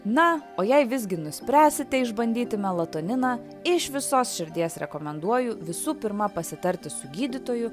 na o jei visgi nuspręsite išbandyti melatoniną iš visos širdies rekomenduoju visų pirma pasitarti su gydytoju